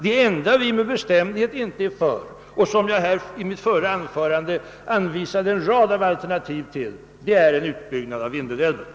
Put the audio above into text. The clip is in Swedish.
Det enda vi bestämt inte är för, och som jag tidigare anvisade en rad alternativ till, är en utbyggnad av Vindelälven.